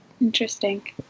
Interesting